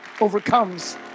overcomes